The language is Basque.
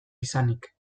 izanik